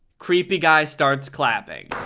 creepy guy starts clapping.